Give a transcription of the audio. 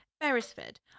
Beresford